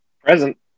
Present